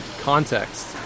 context